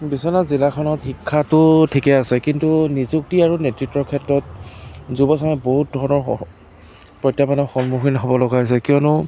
বিশ্বনাথ জিলাখনত শিক্ষাটো ঠিকে আছে কিন্তু নিযুক্তি আৰু নেতৃত্বৰ ক্ষেত্ৰত যুৱচামে বহুত ধৰণৰ প্ৰত্যাহ্বানৰ সন্মুখীন হ'ব লগা হৈছে কিয়নো